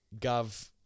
Gov